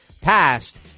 passed